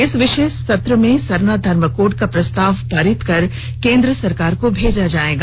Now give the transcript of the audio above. इस विशेष सत्र में सरना धर्म कोड का प्रस्ताव पारित कर केंद्र सरकार को भेजा जाएगा